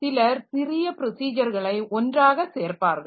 சிலர் சிறிய ப்ரொசிஜர்களை ஒன்றாக சேர்ப்பார்கள்